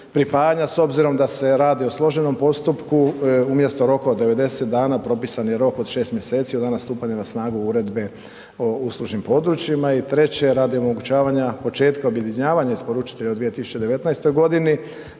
pripajanja s obzirom da se radi o složenom postupku, umjesto roka od 90 dana propisan je rok od 6 mjeseci od dana stupanja na snagu Uredbe o uslužnim područjima. I treće, radi omogućavanja početka objedinjavanja isporučitelja u 2019.g.